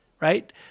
right